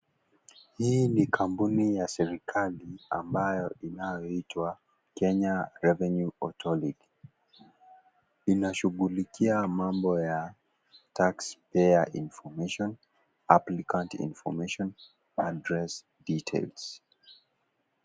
Hii ni kampuni ya serikali ambayo inayoitwa Kenya Revenue Authority, inashughulikia mambo ya tax payer information, applicant information, address, details .